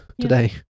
today